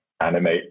animate